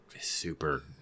super